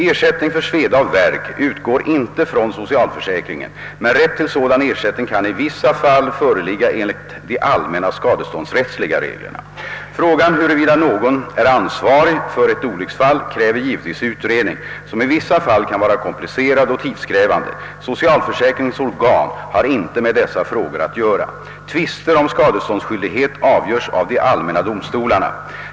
Ersättning för sveda och värk utgår inte från socialförsäkringen, men rätt till sådan ersättning kan i vissa fall föreligga enligt de allmänna skadeståndsrättsliga reglerna. Frågan huruvida någon är ansvarig för ett olycksfall kräver givetvis utredning, som i vissa fall kan vara komplicerad och tidskrävande. Socialförsäkringens organ har inte med dessa frågor att göra. Tvister om skadeståndsskyldighet avgörs av de allmänna domstolarna.